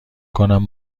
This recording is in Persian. کنم